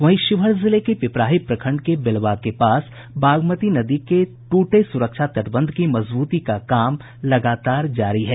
वहीं शिवहर जिले के पिपराही प्रखंड के बेलवा के पास बागमती नदी के टूटे सुरक्षा तटबंध की मजबूती का काम लगातार जारी है